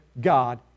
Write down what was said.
God